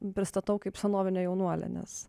pristatau kaip senovinę jaunuolę nes